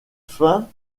fin